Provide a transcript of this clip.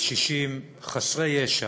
קשישים חסרי ישע.